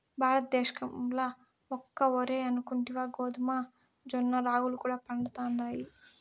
భారతద్దేశంల ఒక్క ఒరే అనుకుంటివా గోధుమ, జొన్న, రాగులు కూడా పండతండాయి